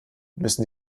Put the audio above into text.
müssen